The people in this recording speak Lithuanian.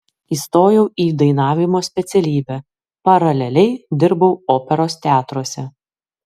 įstojau į dainavimo specialybę paraleliai dirbau operos teatruose